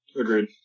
agreed